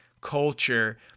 culture